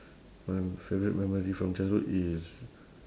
my favourite memory from childhood is